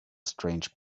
strange